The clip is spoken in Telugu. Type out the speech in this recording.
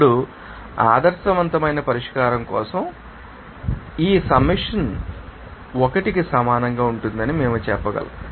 ఇప్పుడు ఆదర్శవంతమైన పరిష్కారం కోసం ఈ సమ్మషన్ 1 కి సమానంగా ఉంటుందని మేము చెప్పగలం